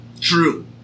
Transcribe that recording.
True